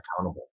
accountable